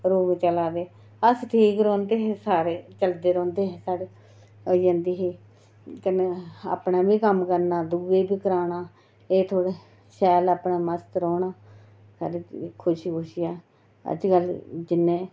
रोग चला दे अस ठीक रौंह्दे हे सारे चलदे रौंह्दे हे होई जंदी ही ते कन्नै अपने बी कम्म करना दूऐ दे बी कराना एह् थोह्ड़े शैल अपने मस्त रौह्ना आं खुशी खुशी आ अजकल जिन्ने